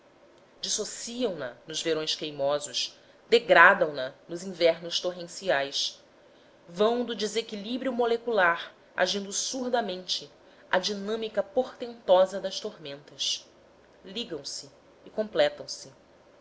região dissociam na nos verões queimosos degradam na nos invernos torrenciais vão do desequilíbrio molecular agindo surdamente à dinâmica portentosa das tormentas ligam se e completam se